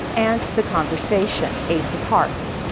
and the conversation ace of hearts.